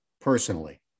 personally